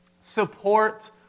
support